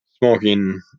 smoking